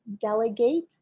delegate